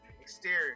Exterior